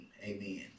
Amen